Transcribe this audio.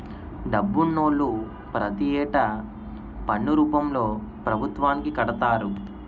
డబ్బునోళ్లు ప్రతి ఏటా పన్ను రూపంలో పభుత్వానికి కడతారు